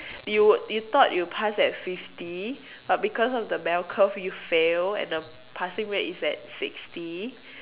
you would you thought you pass at fifty but because of the bell curve you fail at the passing rate is at sixty